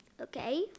Okay